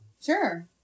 sure